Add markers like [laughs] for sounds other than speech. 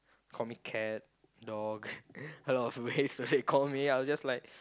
call me cat dog [laughs] a lot of ways they call me I'm just like